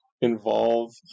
involve